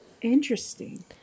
interesting